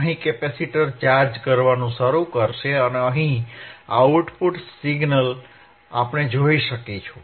અહિ capacitor charge કરવાનું શરૂ કરશે અને અહીં આઉટપુટ સિગ્નલ આપણે જોઈ શકીશું